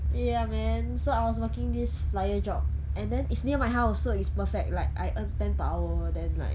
ya man so I was working this flyer job and then it's near my house so it's perfect like I earn ten per hour then like